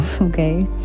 Okay